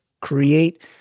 create